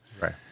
Right